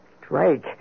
Drake